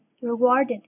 Rewarded